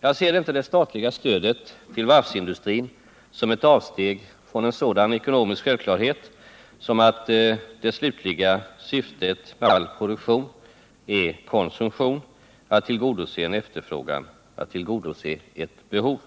Jag ser inte det statliga stödet till varvsindustrin som ett avsteg från en sådan ekonomisk självklarhet som att det slutliga syftet med all produktion är konsumtion, att tillgodose en efterfrågan, att tillgodose ett behov.